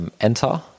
enter